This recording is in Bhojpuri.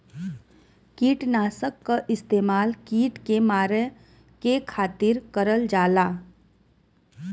किटनाशक क इस्तेमाल कीट के मारे के खातिर करल जाला